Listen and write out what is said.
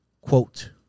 quote